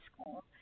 School